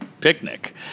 picnic